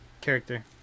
character